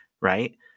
right